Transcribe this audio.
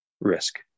risk